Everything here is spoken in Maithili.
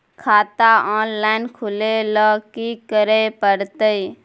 खाता ऑनलाइन खुले ल की करे परतै?